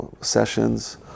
sessions